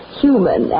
human